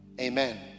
Amen